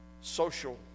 social